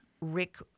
Rick